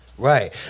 Right